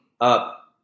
up